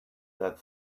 that